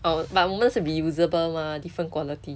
oh but 我们是 reusable mah different quality